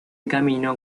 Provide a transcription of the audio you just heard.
camino